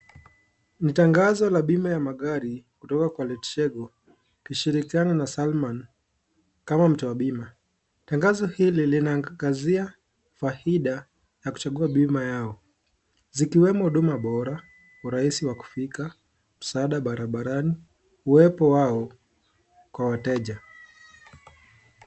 Ni tangazo la bima ya magari kutoka kwa LetsGo, ikishirikiana na Sanlam kama mtoa bima. Tangazo hili linaangazia faida ya kuchagua bima yao zikiwemo huduma bora, urahisi wa kufika, uwepo wao kwa wateja.